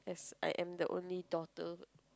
I am the only daughter